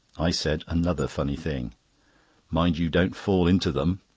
i said another funny thing mind you don't fall into them!